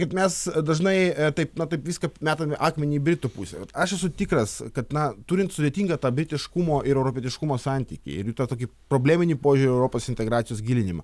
kaip mes dažnai taip na taip viską metame akmenį į britų pusę aš esu tikras kad na turint sudėtingą tą britiškumo ir europietiškumo santykį ir tą tokį probleminį požiūrį europos integracijos gilinimo